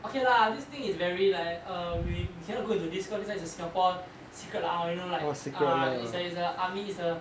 okay lah this thing is like err we cannot go into this cause this one is a singapore secret lah you know like uh it's a it's a army it's a